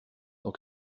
dans